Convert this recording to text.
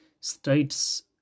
States